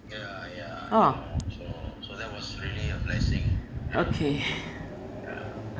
oh okay